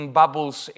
bubbles